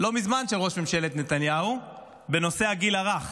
של ראש ממשלת נתניהו לא מזמן בנושא הגיל הרך.